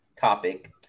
topic